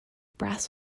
brass